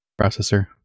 processor